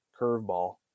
curveball